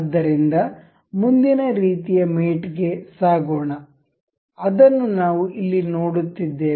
ಆದ್ದರಿಂದ ಮುಂದಿನ ರೀತಿಯ ಮೇಟ್ ಗೆ ಸಾಗೋಣ ಅದನ್ನು ನಾವು ಇಲ್ಲಿ ನೋಡುತ್ತಿದ್ದೇವೆ